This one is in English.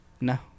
No